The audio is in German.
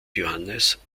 johannes